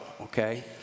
okay